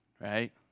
right